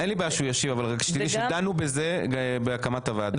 אין לי בעיה שהוא ישיב אבל שתדעי שדנו בזה בהקמת הוועדה.